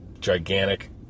gigantic